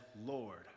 Lord